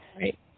Right